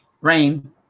Rain